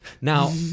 Now